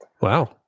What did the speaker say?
Wow